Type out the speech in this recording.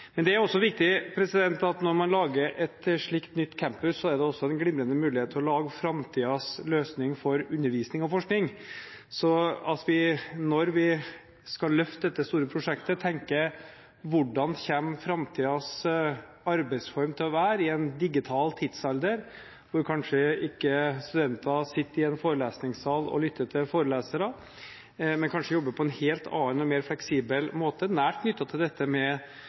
Når man lager en slik ny campus, er det også en glimrende mulighet til å lage framtidens løsninger for undervisning og forskning, slik at vi, når vi skal løfte dette store prosjektet, tenker på hvordan framtidens arbeidsform kommer til å være – i en digital tidsalder hvor studentene kanskje ikke sitter i en forelesningssal og lytter til forelesere, men kanskje jobber på en helt annen og mer fleksibel måte – nært knyttet til